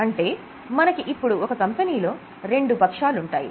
అంటే మనకి ఇప్పుడు ఒక కంపెనీలో రెండు పక్షాలు ఉంటాయి